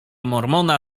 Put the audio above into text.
mormona